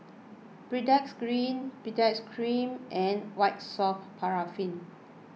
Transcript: Baritex Cream Baritex Cream and White Soft Paraffin